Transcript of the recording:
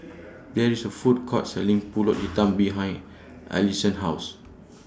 There IS A Food Court Selling Pulut Hitam behind Alleen's House